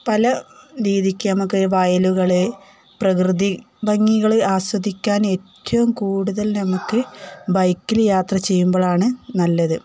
പല രീതിക്ക് നമുക്ക് വയലുകള് പ്രകൃതിഭംഗികള് ആസ്വദിക്കാൻ ഏറ്റവും കൂടുതൽ നമുക്ക് ബൈക്കില് യാത്ര ചെയ്യുമ്പോഴാണ് നല്ലത്